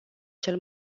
cel